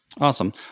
Awesome